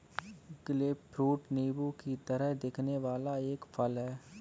grapefruit नींबू की तरह दिखने वाला एक फल है